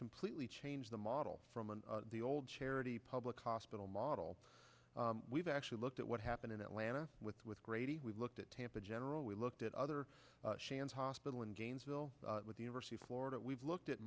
completely changed the model from the old charity public hospital model we've actually looked at what happened in atlanta with with grady we looked at tampa general we looked at other shans hospital in gainesville with the university of florida we've looked at